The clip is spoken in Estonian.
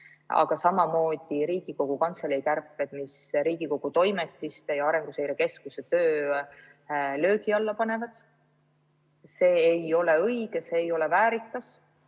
Aga samamoodi Riigikogu Kantselei kärped, mis Riigikogu Toimetiste ja Arenguseire Keskuse töö löögi alla panevad. See ei ole õige, see ei ole väärikas.